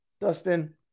Dustin